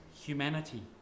humanity